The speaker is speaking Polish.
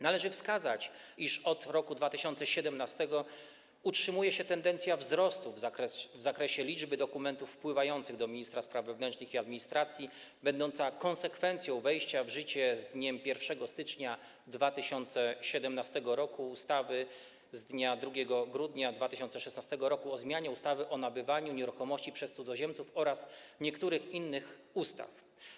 Należy wskazać, iż od roku 2017 utrzymuje się tendencja wzrostu w zakresie liczby dokumentów wpływających do ministra spraw wewnętrznych i administracji będąca konsekwencją wejścia w życie z dniem 1 stycznia 2017 r. ustawy z dnia 2 grudnia 2016 r. o zmianie ustawy o nabywaniu nieruchomości przez cudzoziemców oraz niektórych innych ustaw.